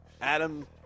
adam